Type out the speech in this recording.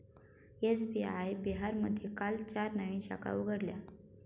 SBI बिहारमध्ये काल चार नवीन शाखा उघडल्या